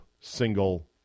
single